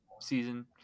season